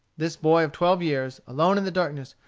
this boy of twelve years, alone in the darkness,